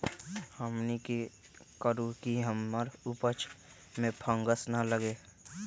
हमनी की करू की हमार उपज में फंगस ना लगे?